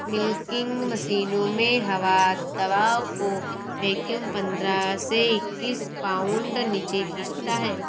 milking मशीनों में हवा दबाव को वैक्यूम पंद्रह से इक्कीस पाउंड नीचे खींचता है